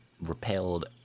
repelled